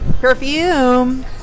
Perfume